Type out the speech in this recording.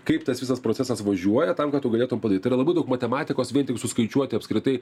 kaip tas visas procesas važiuoja tam kad tu galėtum padaryt tai yra labai daug matematikos vien tik suskaičiuoti apskritai